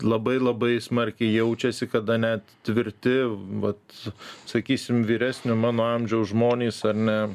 labai labai smarkiai jaučiasi kada net tvirti vat sakysim vyresnio mano amžiaus žmonės ar ne